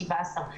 17,